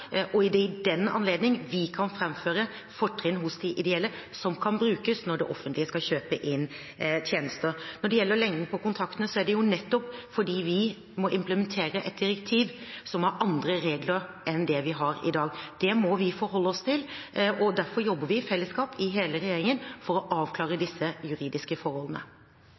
og det er i den anledning, vi kan framføre fortrinn hos de ideelle som kan brukes når det offentlige skal kjøpe inn tjenester. Når det gjelder lengden på kontraktene, skyldes den jo nettopp at vi må implementere et direktiv som har andre regler enn det vi har i dag. Det må vi forholde oss til, og derfor jobber vi i fellesskap i hele regjeringen for å avklare disse juridiske forholdene.